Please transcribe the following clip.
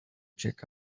check